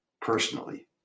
personally